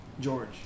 George